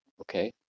Okay